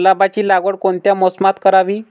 गुलाबाची लागवड कोणत्या मोसमात करावी?